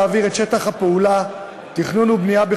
להעביר את שטח הפעולה תכנון ובנייה,